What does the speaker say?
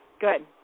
Good